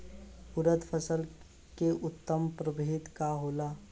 उरद फसल के उन्नत प्रभेद का होला?